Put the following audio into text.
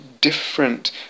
different